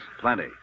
Plenty